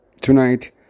Tonight